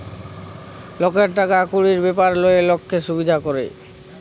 লকের টাকা কুড়ির ব্যাপার লিয়ে লক্কে সুবিধা ক্যরে